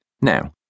Now